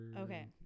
Okay